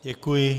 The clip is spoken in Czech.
Děkuji.